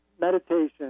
meditation